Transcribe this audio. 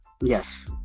Yes